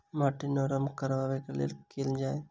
माटि नरम करबाक लेल की केल जाय?